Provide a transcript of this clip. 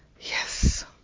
Yes